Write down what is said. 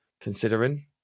considering